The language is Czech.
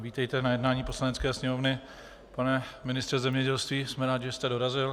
Vítejte na jednání Poslanecké sněmovny, pane ministře zemědělství, jsme rádi, že jste dorazil.